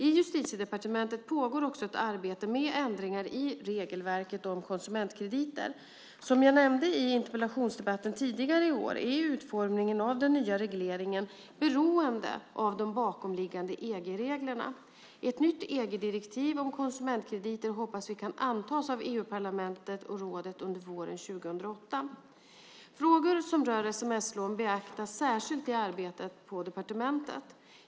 I Justitiedepartementet pågår också ett arbete med ändringar i regelverket om konsumentkrediter. Som jag nämnde i interpellationsdebatten tidigare i år är utformningen av den nya regleringen beroende av de bakomliggande EG-reglerna. Ett nytt EG-direktiv om konsumentkrediter hoppas vi kan antas av EU-parlamentet och rådet under våren 2008. Frågor som rör sms-lån beaktas särskilt i arbetet på departementet.